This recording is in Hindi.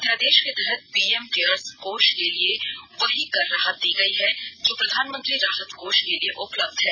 अध्यादेश के तहत पीएम केयर्स कोष के लिए वही कर राहत दी गई है जो प्रधानमंत्री राहत कोष के लिए उपलब्ध है